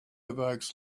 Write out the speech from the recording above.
evokes